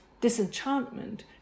disenchantment